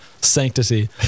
sanctity